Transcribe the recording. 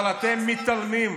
אבל אתם מתעלמים,